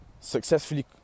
successfully